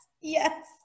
yes